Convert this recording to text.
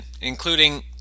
including